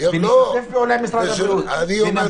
אנחנו משתפים פעולה עם משרד הבריאות ונמשיך